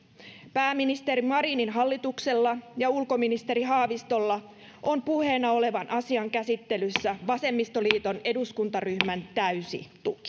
pääministeri marinin hallituksella ja ulkoministeri haavistolla on puheena olevan asian käsittelyssä vasemmistoliiton eduskuntaryhmän täysi tuki